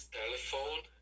telephone